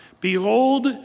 Behold